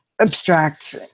abstract